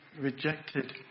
rejected